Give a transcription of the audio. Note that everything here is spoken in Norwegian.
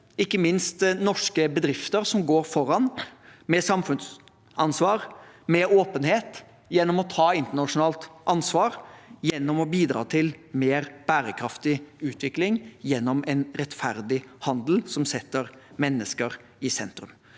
ikke minst norske bedrifter, som går foran med samfunnsansvar, med åpenhet, gjennom å ta internasjonalt ansvar og gjennom å bidra til mer bærekraftig utvikling gjennom en rettferdig handel som setter mennesker i sentrum.